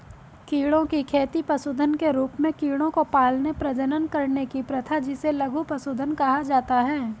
कीड़ों की खेती पशुधन के रूप में कीड़ों को पालने, प्रजनन करने की प्रथा जिसे लघु पशुधन कहा जाता है